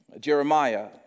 Jeremiah